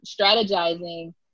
strategizing